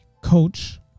coach